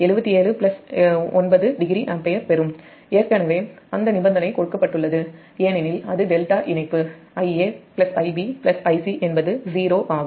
இப்போது Ia0 13 Ia Ib Ic ஏற்கனவே அந்த நிபந்தனை கொடுக்கப்பட்டுள்ளது ஏனெனில் அது ∆ இணைப்பு Ia Ib Icஎன்பது 0 ஆகும்